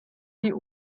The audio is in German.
die